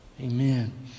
Amen